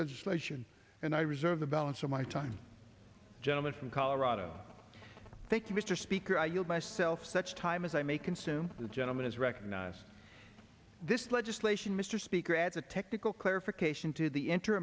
legislation and i reserve the balance of my time gentleman from colorado thank you mr speaker i yield myself such time as i may consume the gentleman is recognize this legislation mr speaker as a technical clarification to the inter